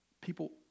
People